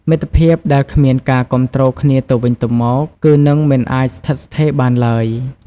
មិត្តភាពដែលគ្មានការគាំទ្រគ្នាទៅវិញទៅមក គឺនឹងមិនអាចស្ថិតស្ថេរបានឡើយ។